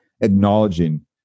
acknowledging